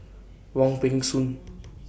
Wong Peng Soon